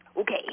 Okay